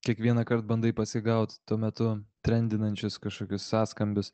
kiekvienąkart bandai pasigaut tuo metu trendinančius kažkokius sąskambius